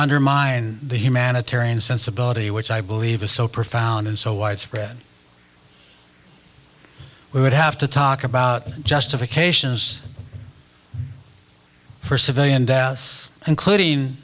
undermine the humanitarian sensibility which i believe is so profound and so widespread we would have to talk about justifications for civilian death including